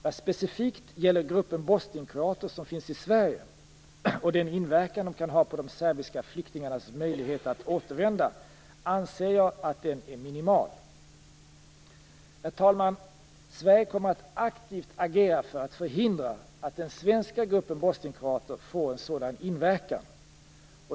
Vad specifikt gäller gruppen bosnienkroater som finns i Sverige och den inverkan de kan ha på serbiska flyktingars möjlighet att återvända, anser jag att den är minimal. Herr talman! Sverige kommer att aktivt agera för att förhindra att den svenska gruppen bosnienkroater får en sådan inverkan.